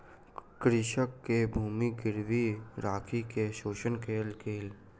कृषक के भूमि गिरवी राइख के शोषण कयल गेल